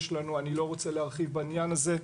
אני לא רוצה להרחיב בעניין הזה,